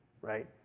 right